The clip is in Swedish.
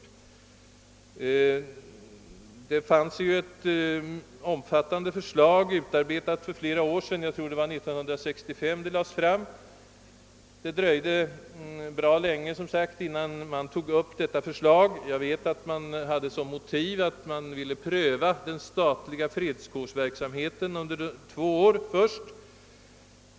Redan för flera år sedan förelåg ett omfattande förslag — jag tror att det lades fram 1965. Jag vet att man som motiv för att inte ta upp förslaget angav att man först ville pröva den statliga fredskårsverksamheten under två år.